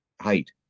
height